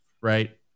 right